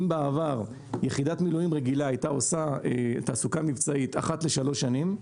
אם בעבר יחידת מילואים רגילה הייתה עושה תעסוקה מבצעית אחת לשלוש שנים,